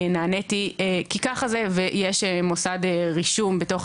נעניתי כי ככה זה ויש מוסד רישום בתוך